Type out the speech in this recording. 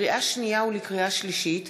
לקריאה שנייה ולקריאה שלישית: